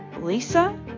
Lisa